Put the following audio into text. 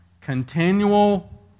continual